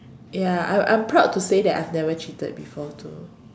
ya I'm I'm proud to say that I've never cheated before too